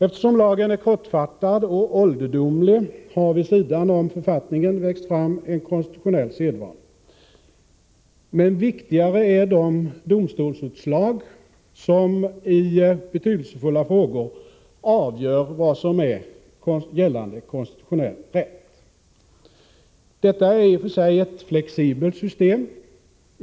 Eftersom lagen är kortfattad och ålderdomlig har vid sidan om författningen växt fram en konstitutionell sedvana. Men viktigare är de domstolsutslag som i betydelsefulla frågor avgör vad som är gällande konstitutionell rätt. Detta är i och för sig ett flexibelt system.